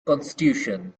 constitution